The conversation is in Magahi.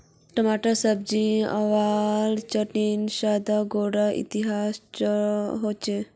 टमाटर सब्जिर अलावा चटनी सलाद वगैरहत इस्तेमाल होचे